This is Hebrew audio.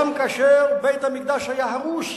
גם כאשר בית-המקדש היה הרוס.